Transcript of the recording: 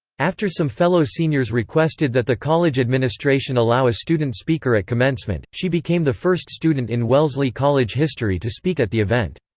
after some fellow seniors requested that the college administration allow a student speaker at commencement, she became the first student in wellesley college history to speak at the event.